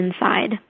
inside